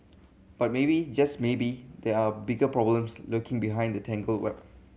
but maybe just maybe there are bigger problems lurking behind the tangled web